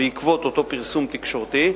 בעקבות אותו פרסום תקשורתי,